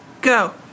go